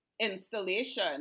installation